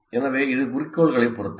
எனவே இது குறிக்கோளைப் பொறுத்தது